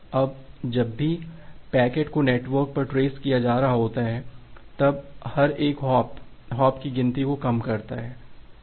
अब जब भी पैकेट को नेटवर्क पर ट्रेस किया जा रहा होता है तब हर एक हॉप हॉप की गिनती को कम करता है